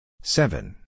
seven